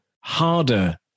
harder